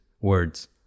words